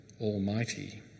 Almighty